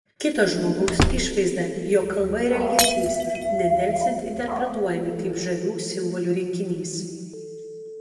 kito žmogaus išvaizda jo kalba ir elgesys nedelsiant interpretuojami kaip žavių simbolių rinkinys